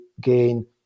gain